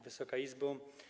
Wysoka Izbo!